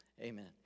amen